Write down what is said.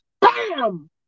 bam